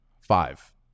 Five